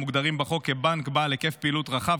המוגדרים בחוק כ"בנק בעל היקף פעילות רחב",